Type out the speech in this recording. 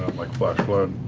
like flash flood.